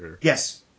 Yes